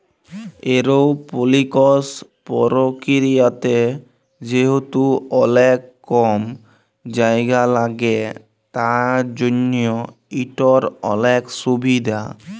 এরওপলিকস পরকিরিয়াতে যেহেতু অলেক কম জায়গা ল্যাগে তার জ্যনহ ইটর অলেক সুভিধা